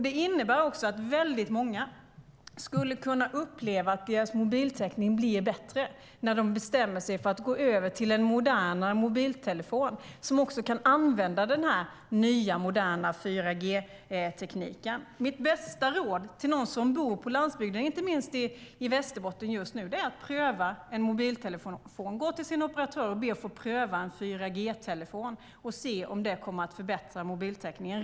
Det innebär också att många skulle kunna uppleva att deras mobiltäckning blir bättre när de bestämmer sig för att gå över till en modernare mobiltelefon som också kan använda den nya moderna 4G-tekniken. Mitt bästa råd till någon som bor på landsbygden, inte minst i Västerbotten just nu, är att pröva en 4G-telefon - gå till sin operatör och be att få pröva - och se om det kommer att förbättra mobiltäckningen.